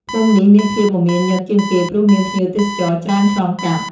ភូមិនេះមានភាពមមាញឹកជាងគេព្រោះមានភ្ញៀវទេសចរច្រើនឆ្លងកាត់។